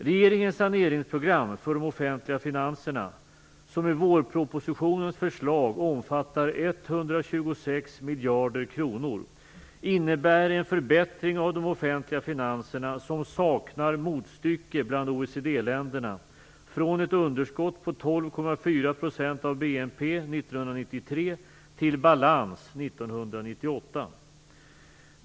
Regeringens saneringsprogram för de offentliga finanserna, som med vårpropositionens förslag omfattar 126 miljarder kronor, innebär en förbättring av de offentliga finanserna som saknar motstycke bland BNP 1993 till balans 1998.